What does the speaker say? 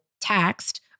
taxed